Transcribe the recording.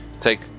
take